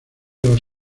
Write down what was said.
los